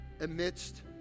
amidst